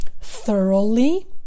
thoroughly